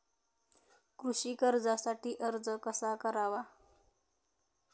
कृषी कर्जासाठी अर्ज कसा करावा?